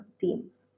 teams